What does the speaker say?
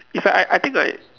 it's like I I think like